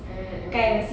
mm mm